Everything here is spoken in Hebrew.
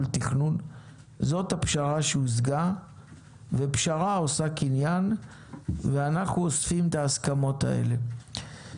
תכנון זאת הפשרה שהושגה ופשרה עושה קניין ואנחנו אוספים את ההסכמות האלה.